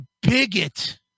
bigot